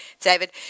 David